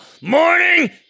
Morning